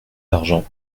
l’argent